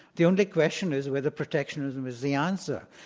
the only question is whether protectionism is the answer.